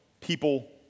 people